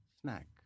snack